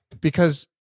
Because-